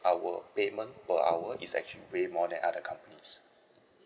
our payment per hour is actually way more than other companies